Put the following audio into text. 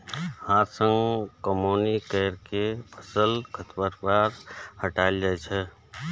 हाथ सं कमौनी कैर के फसल सं खरपतवार हटाएल जाए छै